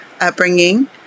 upbringing